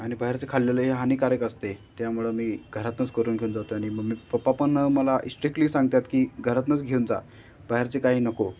आणि बाहेरचे खाल्लेलं हे हानीकारक असतंय त्यामुळं मी घरातूनच करून घेऊन जातो आणि म मी पप्पाना पण मला इस्ट्रिक्टली सांगतात की घरातूनच घेऊन जा बाहेरचे काही नको